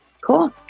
Cool